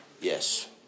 Yes